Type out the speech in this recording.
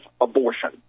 abortion